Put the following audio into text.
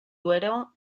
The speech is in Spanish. duero